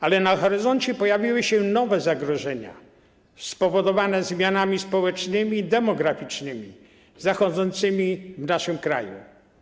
Ale na horyzoncie pojawiły się nowe zagrożenia spowodowane zmianami społecznymi i demograficznymi zachodzącymi w naszym kraju.